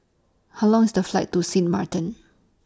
How Long IS The Flight to Sint Maarten